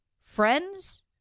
friends